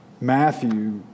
Matthew